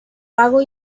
pago